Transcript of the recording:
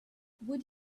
would